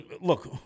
look